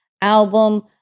album